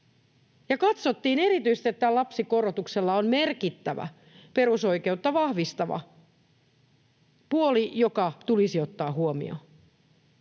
katsottiin, että erityisesti tällä lapsikorotuksella on merkittävä perusoikeutta vahvistava puoli, joka tulisi ottaa huomioon.